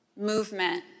movement